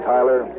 Tyler